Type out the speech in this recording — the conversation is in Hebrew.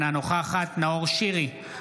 אינה נוכחת נאור שירי,